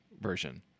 version